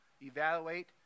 evaluate